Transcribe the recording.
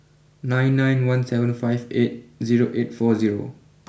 nine nine one seven five eight zero eight four zero